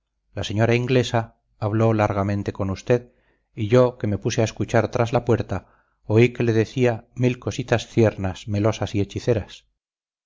la señora inglesa habló largamente con usted y yo que me puse a escuchar tras la puerta oí que le decía mil cositas tiernas melosas y hechiceras